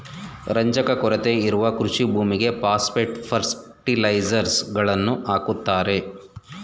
ರಂಜಕದ ಕೊರತೆ ಇರುವ ಕೃಷಿ ಭೂಮಿಗೆ ಪಾಸ್ಪೆಟ್ ಫರ್ಟಿಲೈಸರ್ಸ್ ಗಳನ್ನು ಹಾಕುತ್ತಾರೆ